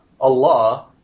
Allah